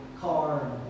car